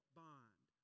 bond